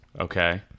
okay